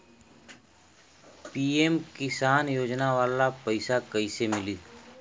PM Kisan योजना वाला पैसा कईसे मिली?